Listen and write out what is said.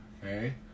okay